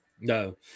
No